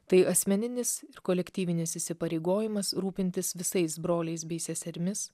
tai asmeninis ir kolektyvinis įsipareigojimas rūpintis visais broliais bei seserimis